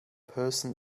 person